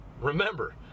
Remember